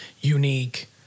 unique